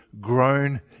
grown